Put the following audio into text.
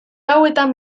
hauetan